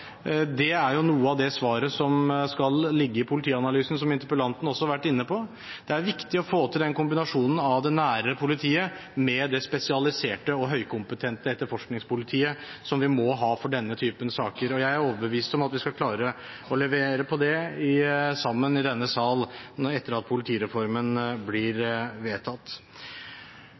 Det er noe av svaret som skal ligge i politianalysen, som interpellanten også har vært inne på. Det er viktig å få til den kombinasjonen av det nære politiet og det spesialiserte og høykompetente etterforskningspolitiet som vi må ha for denne typen saker. Jeg er overbevist om at vi skal klare å levere på det sammen i denne sal etter at politireformen blir vedtatt.